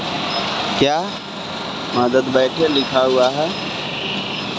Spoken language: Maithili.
स्प्रेयर सँ सगरे समान रुप सँ छीटब मे मदद भेटै छै